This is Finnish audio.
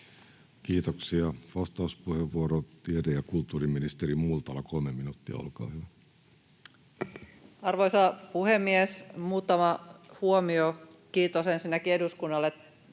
Kiitoksia. — Vastauspuheenvuoro, tiede- ja kulttuuriministeri Multala, kolme minuuttia. — Olkaa hyvä. Arvoisa puhemies! Muutama huomio. Kiitos ensinnäkin eduskunnalle